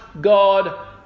God